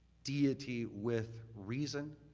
deity with reason